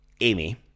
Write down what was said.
Amy